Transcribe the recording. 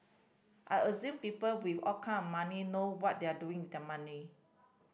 I assume people with all kind of money know what they're doing their money